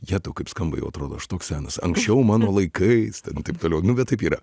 jetau kaip skamba jau atrodo aš toks senas anksčiau mano laikais ten taip toliau nu bet taip yra